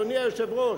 אדוני היושב-ראש.